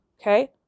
Okay